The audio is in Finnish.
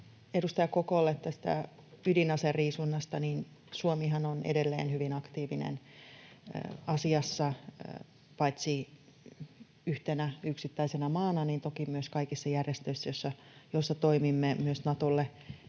edustaja Kokolle tästä ydinaseriisunnasta: Suomihan on edelleen hyvin aktiivinen asiassa paitsi yhtenä yksittäisenä maana niin toki myös kaikissa järjestöissä, joissa toimimme, myös Natossa.